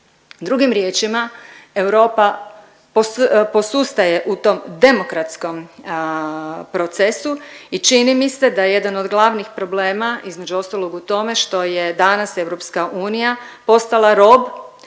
Drugim riječima, Europa posustaje u tom demokratskom procesu i čini mi se da je jedan od glavnih problema između ostalog u tome što je danas EU postala rob